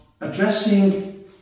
addressing